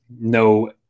no